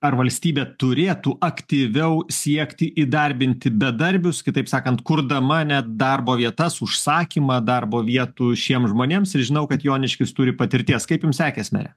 ar valstybė turėtų aktyviau siekti įdarbinti bedarbius kitaip sakant kurdama ne darbo vietas užsakymą darbo vietų šiems žmonėms ir žinau kad joniškis turi patirties kaip jum sekės mere